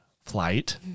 flight